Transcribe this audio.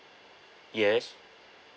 yes